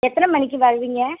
எத்தனை மணிக்கு வருவீங்க